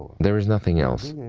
there is nothing else.